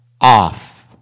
off